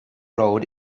road